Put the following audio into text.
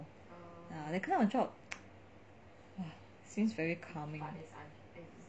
that kind of job !wah! seems very calming